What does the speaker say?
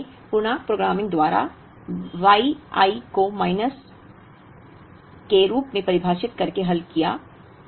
लेकिन हमने पूर्णांक प्रोग्रामिंग द्वारा वाई i को माइनस के रूप में परिभाषित करके हल किया